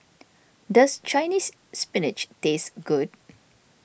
does Chinese Spinach taste good